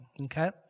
okay